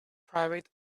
private